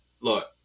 look